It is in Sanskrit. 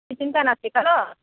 चिन्ता नास्ति खलु